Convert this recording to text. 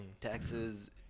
Taxes